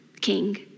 king